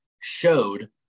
showed